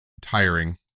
tiring